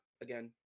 again